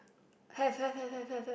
have have have have have have